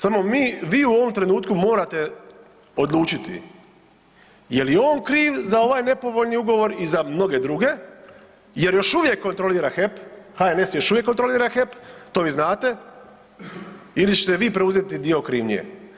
Samo mi, vi u ovom trenutku morate odlučiti, je li on kriv za ovaj nepovoljni ugovor i za mnoge druge jer još uvijek kontrolira HEP, HNS još uvijek kontrolira HEP, to vi znate ili ćete vi preuzeti dio krivnje?